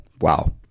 Wow